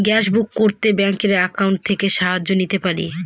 Gas book করতে ব্যাংকের account থেকে সাহায্য নিতে পারি?